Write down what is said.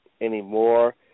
anymore